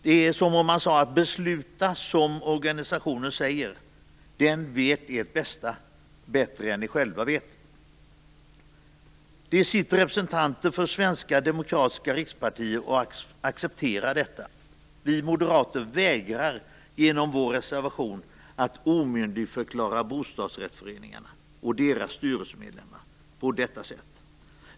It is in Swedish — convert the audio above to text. Det är som om man sade: Besluta som organisationen säger, den vet ert bästa bättre än ni själva gör! Det sitter representanter för svenska demokratiska rikspartier och accepterar detta. Vi moderater vägrar genom vår reservation att omyndigförklara bostadsrättsföreningarna och deras styrelsemedlemmar på detta sätt.